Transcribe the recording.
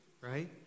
right